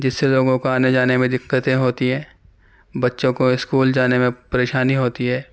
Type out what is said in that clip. جس سے لوگوں کو آنے جانے میں دقتیں ہوتی ہیں بچوں کو اسکول جانے میں پریشانی ہوتی ہے